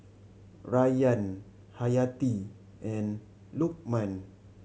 Rayyan Hayati and Lukman